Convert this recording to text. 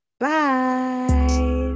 Bye